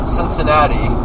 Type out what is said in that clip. Cincinnati